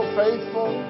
faithful